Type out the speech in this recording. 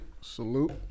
Salute